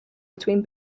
between